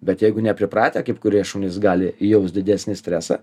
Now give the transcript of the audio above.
bet jeigu nepripratę kaip kurie šunys gali jaus didesnį stresą